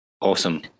awesome